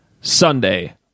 Sunday